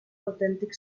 autèntic